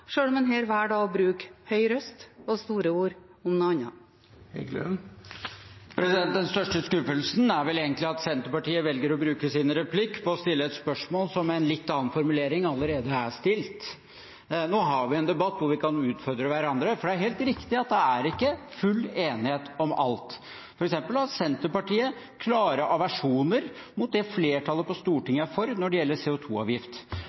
om man her velger å bruke høy røst og store ord om noe annet? Den største skuffelsen er vel egentlig at Senterpartiet velger å bruke sin replikk på å stille et spørsmål som med en litt annen formulering allerede er stilt. Nå har vi en debatt hvor vi kan utfordre hverandre. Det er helt riktig at det ikke er full enighet om alt. For eksempel har Senterpartiet klare aversjoner mot det flertallet på